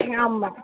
ஆமாம்